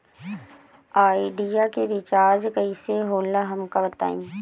Idea के recharge कईसे होला हमका बताई?